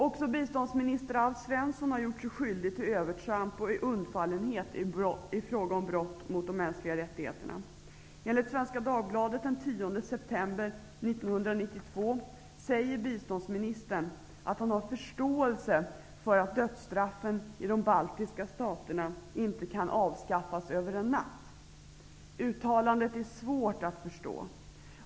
Också biståndsminister Alf Svensson har gjort sig skyldig till övertramp och undfallenhet i fråga om brott mot de mänskliga rättigheterna. Enligt Svenska Dagbladet den 10 september 1992 säger biståndsministern att han har förståelse för att dödsstraffen i de baltiska staterna inte kan avskaffas över en natt. Uttalandet är svårt att förstå.